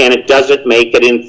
and it doesn't make it in